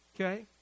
Okay